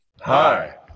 Hi